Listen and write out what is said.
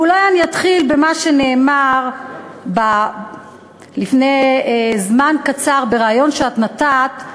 ואולי אני אתחיל במה שנאמר לפני זמן קצר בריאיון שאת נתת,